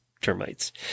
Termites